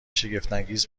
شگفتانگیز